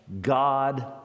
God